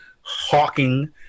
hawking